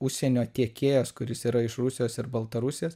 užsienio tiekėjas kuris yra iš rusijos ir baltarusijos